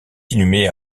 inhumé